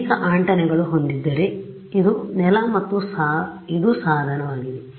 ಅನೇಕ ಆಂಟೆನಾಗಳು ಹೊಂದಿದ್ದರೆ ಇದು ನೆಲ ಮತ್ತು ಇದು ಸಾಧನವಾಗಿದೆ